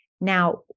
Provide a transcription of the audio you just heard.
Now